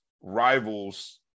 rivals